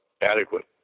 adequate